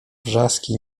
wrzaski